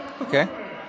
Okay